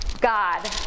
God